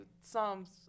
psalms